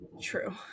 true